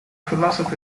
philosophy